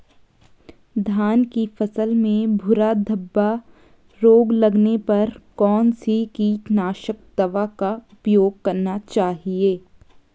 धान की फसल में भूरा धब्बा रोग लगने पर कौन सी कीटनाशक दवा का उपयोग करना चाहिए?